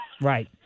Right